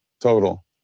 total